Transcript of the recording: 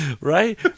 Right